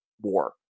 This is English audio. war